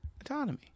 autonomy